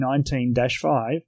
19-5